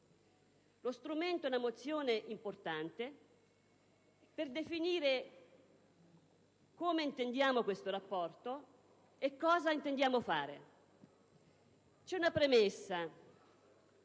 lo strumento della mozione è importante per definire come intendiamo questo rapporto e cosa intendiamo fare. C'è una premessa: